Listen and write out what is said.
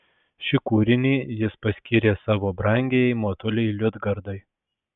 šį kūrinį jis paskyrė savo brangiajai motulei liudgardai